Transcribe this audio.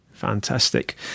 fantastic